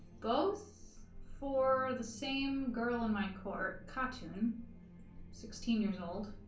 both for the same girl in my court cartoon sixteen years old